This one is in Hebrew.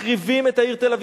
מחריבים את העיר תל-אביב,